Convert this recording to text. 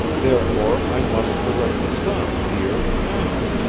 therefore, i must correct the sun here, now,